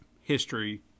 history